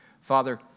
Father